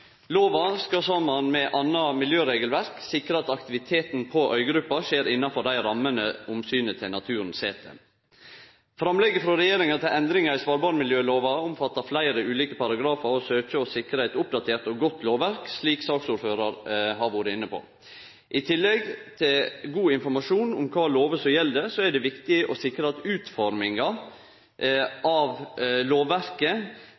Lova skal saman med anna miljøregelverk sikre at aktiviteten på øygruppa skjer innanfor dei rammene omsynet til naturen set. Framlegget frå regjeringa til endringar i svalbardmiljøloven omfattar fleire ulike paragrafar og søkjer å sikre eit oppdatert og godt lovverk, slik saksordføraren har vore inne på. I tillegg til god informasjon om kva lover som gjeld, er det viktig å sikre at utforminga av lovverket